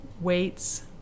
weights